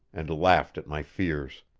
and laughed at my fears.